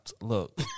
Look